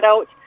out